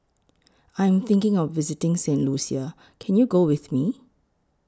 I Am thinking of visiting Saint Lucia Can YOU Go with Me